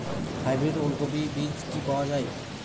Hybrid ওলকফি বীজ কি পাওয়া য়ায়?